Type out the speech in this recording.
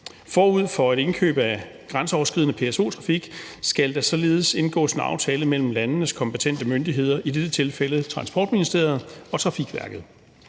Forud for et indkøb af grænseoverskridende PSO-trafik skal der således indgås en aftale mellem landenes kompetente myndigheder, i dette tilfælde Transportministeriet og Trafikverket.